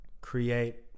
create